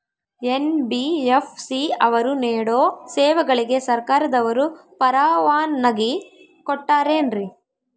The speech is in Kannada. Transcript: ಎನ್.ಬಿ.ಎಫ್.ಸಿ ಅವರು ನೇಡೋ ಸೇವೆಗಳಿಗೆ ಸರ್ಕಾರದವರು ಪರವಾನಗಿ ಕೊಟ್ಟಾರೇನ್ರಿ?